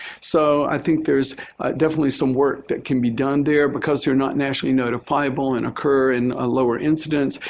so i think there's definitely some work that can be done there because they're not nationally notifiable and occur in a lower incidence.